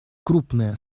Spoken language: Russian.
крупное